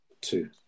Two